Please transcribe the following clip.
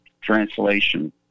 translation